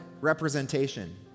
representation